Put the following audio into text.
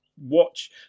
Watch